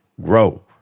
Grow